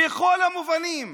בכל המובנים